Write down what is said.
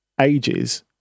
ages